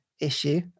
issue